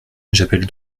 j’appelle